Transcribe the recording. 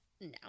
No